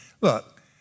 look